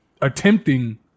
attempting